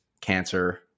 cancer